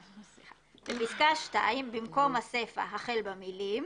בפסקה (2), במקום הסיפה החל במילים